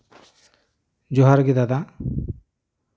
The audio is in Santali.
ᱡᱚᱦᱟᱨ ᱜᱮ ᱫᱟᱫᱟ